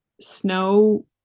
Snow